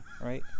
Right